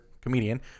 comedian